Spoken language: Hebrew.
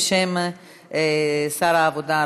בשם שר העבודה,